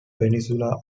peninsula